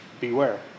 beware